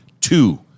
two